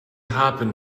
happen